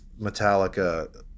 Metallica